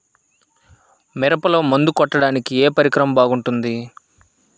మిరపలో మందు కొట్టాడానికి ఏ పరికరం బాగుంటుంది?